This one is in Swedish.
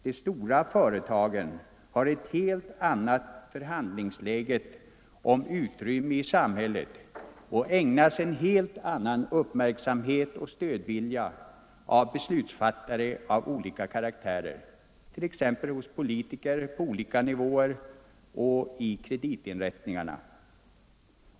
De stora företagen har ett helt annat läge när det gäller förhandlingar om utrymme i samhället och ägnas en helt annan uppmärksamhet och stödvilja från beslutsfattare av olika karaktär — t.ex. politiker på olika nivåer och personer i kreditinrättningarna.